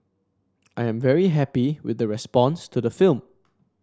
I am very happy with the response to the film